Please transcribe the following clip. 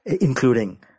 including